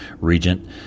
regent